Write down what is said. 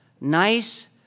Nice